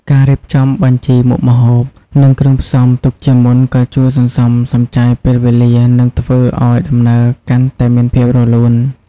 ការរៀបចំបញ្ជីមុខម្ហូប និងគ្រឿងផ្សំទុកជាមុនក៏ជួយសន្សំសំចៃពេលវេលា និងធ្វើឱ្យដំណើរកាន់តែមានភាពរលូន ។